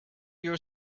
your